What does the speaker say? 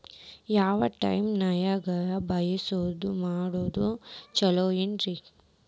ಯಾವ ಟೈಪ್ ನ್ಯಾಗ ಬ್ಯಾಸಾಯಾ ಮಾಡೊದ್ ಛಲೋರಿ?